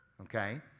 okay